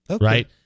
Right